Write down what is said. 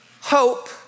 Hope